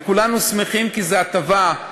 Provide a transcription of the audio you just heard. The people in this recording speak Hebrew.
וכולנו שמחים, כי זו הטבה,